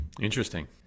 Interesting